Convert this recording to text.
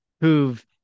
who've